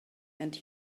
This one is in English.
and